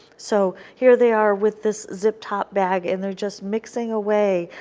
so here they are with this zip top bag, and they are just mixing away,